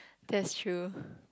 that's true